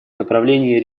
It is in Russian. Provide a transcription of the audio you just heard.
направлении